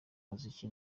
muziki